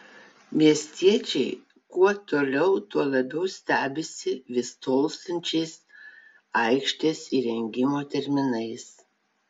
miestiečiai kuo toliau tuo labiau stebisi vis tolstančiais aikštės įrengimo terminais